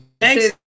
Thanks